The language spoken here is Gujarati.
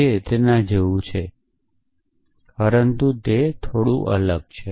તે તેના જેવું છે પરંતુ તે છે